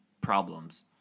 problems